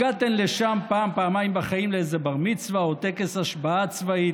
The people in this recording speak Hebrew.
הגעתן לשם פעם-פעמיים בחיים לאיזה בר-מצווה או טקס השבעה צבאית,